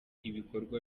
ibikorwa